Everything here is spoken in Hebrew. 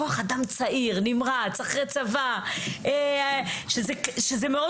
כוח אדם צעיר, נמרץ, אחרי צבא, שזה מאוד